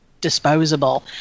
disposable